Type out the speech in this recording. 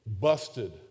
busted